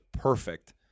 perfect